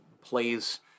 plays